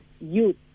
youth